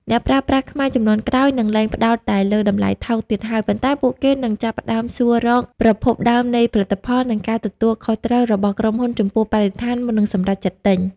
អ្នកប្រើប្រាស់ខ្មែរជំនាន់ក្រោយនឹងលែងផ្ដោតតែលើ "តម្លៃថោក" ទៀតហើយ ប៉ុន្តែពួកគេនឹងចាប់ផ្ដើមសួររក "ប្រភពដើមនៃផលិតផល" និងការទទួលខុសត្រូវរបស់ក្រុមហ៊ុនចំពោះបរិស្ថាន មុននឹងសម្រេចចិត្តទិញ។